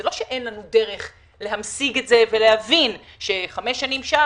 זה לא שאין לנו דרך להמשיג את זה ולהבין שחמש שנים שם,